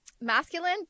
masculine